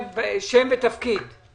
אני